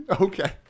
Okay